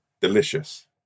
delicious